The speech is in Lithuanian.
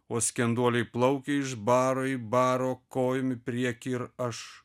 o skenduoliai plaukia iš baro į barą kojom priekį ir aš